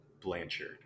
Blanchard